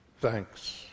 thanks